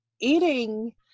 eating